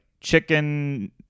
chicken